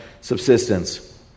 subsistence